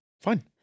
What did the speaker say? Fine